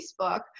Facebook